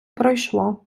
пройшло